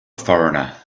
foreigner